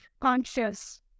conscious